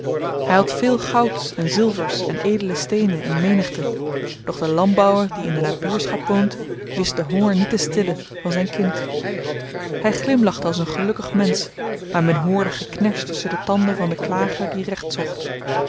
hy had veel gouds en zilvers en edele steenen in menigte doch de landbouwer die in de nabuurschap woont wist den honger niet te stillen van zyn kind hy glimlachte als een gelukkig mensch maar men hoorde gekners tusschen de tanden van den klager die recht zocht